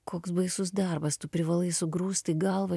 koks baisus darbas tu privalai sugrūst į galvą